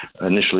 initially